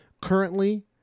currently